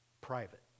private